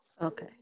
Okay